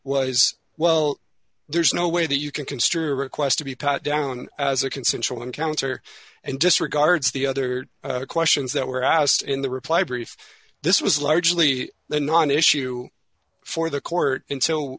was well there's no way that you can construe a request to be cut down as a consensual encounter and disregards the other questions that were asked in the reply brief this was largely a non issue for the court until